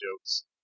jokes